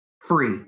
free